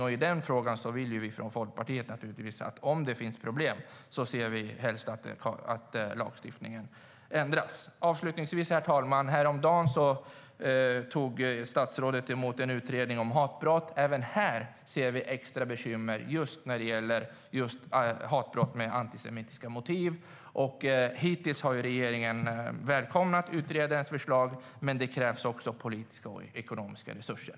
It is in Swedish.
Om det är problem i den frågan ser vi från Folkpartiet naturligtvis helst att lagstiftningen ändras.